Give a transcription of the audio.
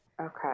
Okay